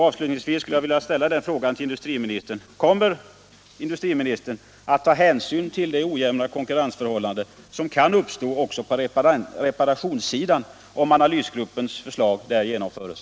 Avslutningsvis skulle jag vilja ställa följande fråga: Kommer industriministern att ta hänsyn till det ojämna konkurrensförhållande som kan uppstå också på reparationsområdet, om analysgruppens förslag i det avseendet genomförs?